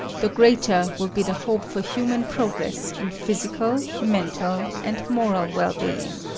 the greater will be the hope for human progress in physical, mental and moral well-being.